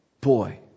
boy